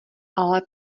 ale